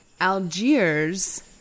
Algiers